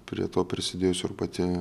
prie to prisidėjusi ir pati